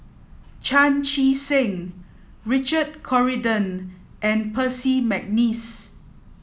Chan Chee Seng Richard Corridon and Percy McNeice